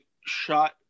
shot